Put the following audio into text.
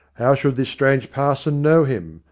how should this strange parson know him,